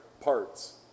parts